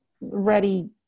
ready